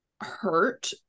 hurt